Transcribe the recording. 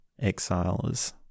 exiles